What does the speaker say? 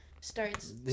starts